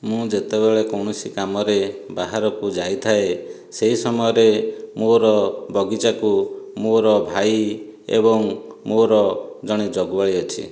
ମୁଁ ଯେତେବେଳେ କୌଣସି କାମରେ ବାହାରକୁ ଯାଇଥାଏ ସେହି ସମୟରେ ମୋର ବଗିଚାକୁ ମୋର ଭାଇ ଏବଂ ମୋର ଜଣେ ଜଗୁଆଳି ଅଛି